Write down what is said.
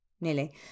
nearly